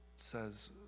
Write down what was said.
says